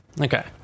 okay